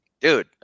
Dude